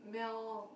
Meo